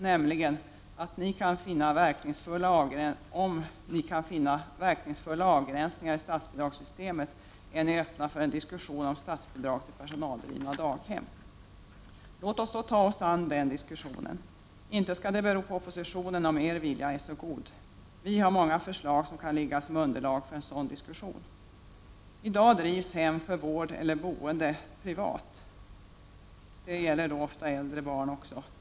Om ni kan finna verkningsfulla avgränsningar i statsbidragssystemet är ni öppna för en diskussion om statsbidrag till personaldrivna daghem. Låt oss då ta oss an den diskussionen. Inte skall det bero på oppositionen om er vilja är så god. Vi har många förslag som kan ligga som underlag för en sådan diskussion. I dag drivs hem för vård eller boende i privat regi, och där finns ofta också äldre barn.